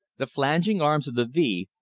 the flanging arms of the v,